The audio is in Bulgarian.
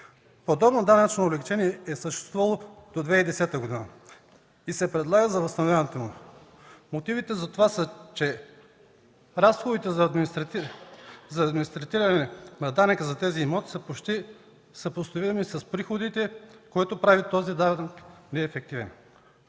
Подобно данъчно облекчение е съществувало до 2010 г. и сега се предлага възстановяването му. Мотивите за това са, че разходите по администриране на данъка за тези имоти са почти съпоставими с приходите, което прави този данък неефективен.